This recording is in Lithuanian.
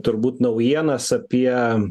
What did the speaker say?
turbūt naujienas apie